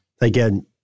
Again